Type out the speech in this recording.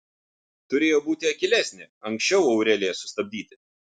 turėjo būti akylesnė anksčiau aureliją sustabdyti